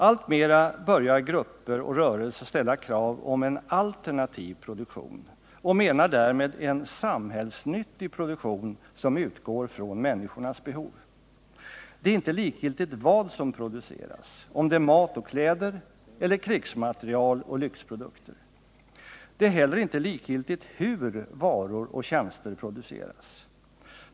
Alltmera börjar grupper och rörelser ställa krav om en alternativ produktion och menar därmed en samhällsnyttig produktion, som utgår från människornas behov. Det är inte likgiltigt vad som produceras, om det är mat och kläder eller krigsmateriel och lyxprodukter. Det är heller inte likgiltigt hur varor och tjänster produceras.